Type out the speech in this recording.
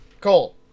Cole